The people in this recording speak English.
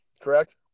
correct